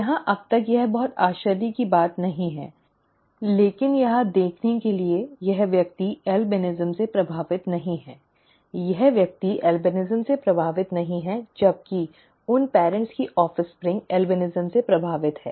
यहाँ अब तक यह बहुत आश्चर्य की बात नहीं है लेकिन यहाँ देखने के लिए यह व्यक्ति अल्बिनिज़म से प्रभावित नहीं है यह व्यक्ति ऐल्बिनिज़म से प्रभावित नहीं है जबकि उन माता पिता की संतान अल्बिनिज़म से प्रभावित हैं